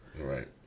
right